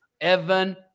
Evan